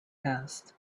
passed